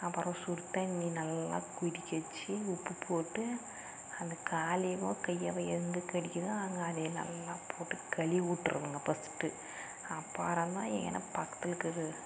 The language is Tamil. அப்புறம் சுடுத்தண்ணி நல்லா கொதிக்க வெச்சு உப்பு போட்டு அந்த காலையோ கையைவோ எங்கே கடிக்குதோ அங்கே அதை நல்லா போட்டு கழுவி விட்ருவாங்க ஃபர்ஸ்ட்டு அப்புறம்தான் என்ன பக்கத்திருக்குது